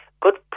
good